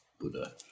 Buddha